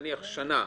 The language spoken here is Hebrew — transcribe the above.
נניח שנה,